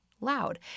loud